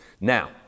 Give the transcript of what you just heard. Now